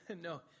No